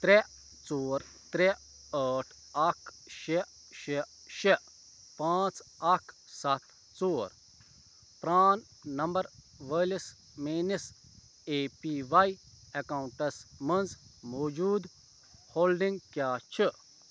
ترٛےٚ ژور ترٛےٚ ٲٹھ اکھ شےٚ شےٚ شےٚ پانٛژھ اکھ سَتھ ژور پرٛان نمبر وٲلِس میٛٲنِس اے پی واے اٮ۪کاوُنٛٹَس مَنٛز موجوٗدٕ ہولڈِنٛگ کیٛاہ چھِ